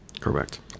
Correct